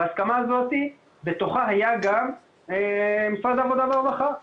בהסכמה הזאת, בתוכה היה גם משרד העבודה והרווחה.